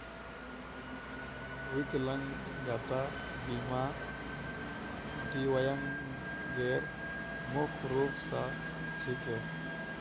विकलांगता बीमा दिव्यांगेर मुख्य रूप स छिके